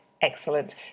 Excellent